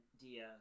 dia